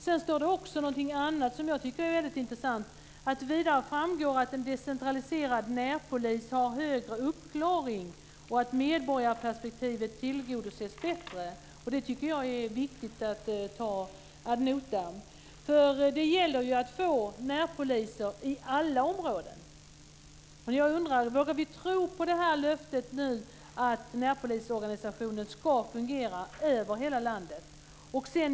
Sedan står det också någonting annat som jag tycker är väldigt intressant: vidare framgår att en decentraliserad närpolis har högre uppklaring och att medborgarperspektivet tillgodoses bättre. Det tycker jag är viktigt att ta ad notam. Det gäller ju att få närpoliser i alla områden. Jag undrar om vi vågar tro på det här löftet nu, att närpolisorganisationen ska fungera över hela landet.